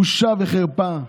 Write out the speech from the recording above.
בושה וחרפה.